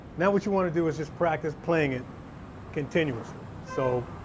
now what you want to do is just practice playing it continuously so